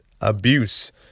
abuse